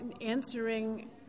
answering